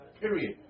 period